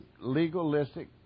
legalistic